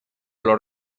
los